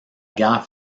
guerre